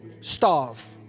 starve